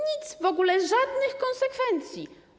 Nic, w ogóle żadnych konsekwencji.